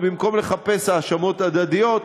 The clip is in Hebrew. ובמקום לחפש האשמות הדדיות,